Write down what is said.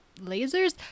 lasers